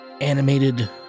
animated